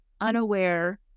unaware